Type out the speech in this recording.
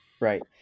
Right